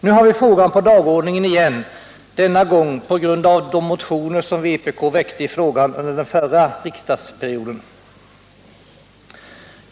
Nu har vi frågan på dagordningen igen, denna gång på grund av de motioner som vpk väckte i frågan under den förra riksdagsperioden.